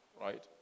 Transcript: right